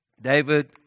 David